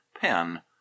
pen